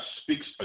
speaks